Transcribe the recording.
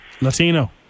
Latino